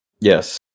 Yes